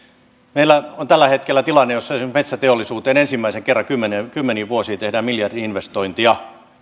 meillä on tällä hetkellä tilanne jossa esimerkiksi metsäteollisuuteen ensimmäisen kerran kymmeniin vuosiin tehdään miljardi investointia on